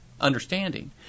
understanding